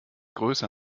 größer